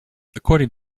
according